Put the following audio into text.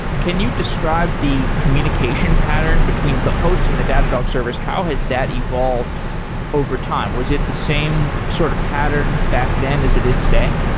can you describe the communication pattern between the host and the data dog servers? how has that involved over time? was it the same sort of pattern back then as it is today?